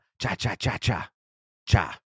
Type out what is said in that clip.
cha-cha-cha-cha-cha